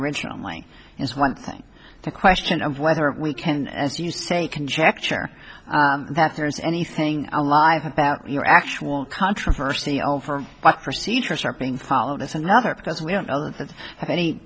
originally is one thing the question of whether we can as you say conjecture that there's anything alive about your actual controversy over what procedures are being followed is another because we don't